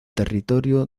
territorio